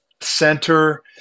center